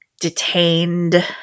detained